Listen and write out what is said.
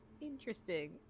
interesting